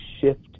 shift